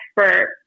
expert